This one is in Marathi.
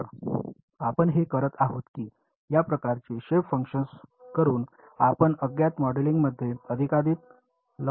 तर आपण हे करत आहोत की या प्रकारची शेप फंक्शन्स करून आपण अज्ञात मॉडेलिंगमध्ये अधिकाधिक लवचिकता आणत आहोत